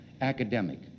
academic